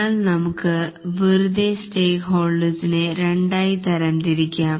എന്നാൽ നമുക് വെറുതെ സ്റ്റേക്കഹോൾഡേഴ്സിനെ രണ്ടായി തരം തിരിക്കാം